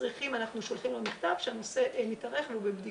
אנחנו שולחים לו מכתב שהנושא מתארך והוא בבדיקה.